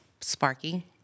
Sparky